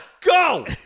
Go